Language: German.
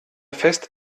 fest